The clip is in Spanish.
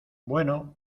bueno